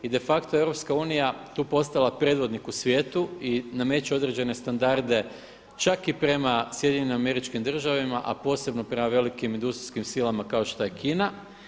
I de facto EU je tu postala predvodnik u svijetu i nameće određene standarde čak i prema SAD-u, a posebno prema velikim industrijskim silama kao što je Kina.